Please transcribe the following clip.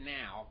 now